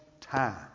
time